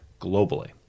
globally